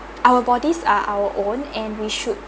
our bodies are our own and we should